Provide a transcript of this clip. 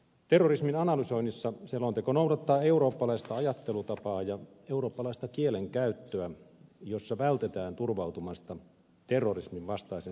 terrorismin analysoinnissa selonteko noudattaa eurooppalaista ajattelutapaa ja eurooppalaista kielenkäyttöä jossa vältetään turvautumasta terrorisminvastaisen sodan käsitteeseen